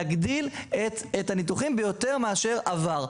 להגדיל את הניתוחים יותר מאשר בעבר.